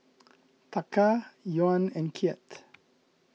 Taka Yuan and Kyat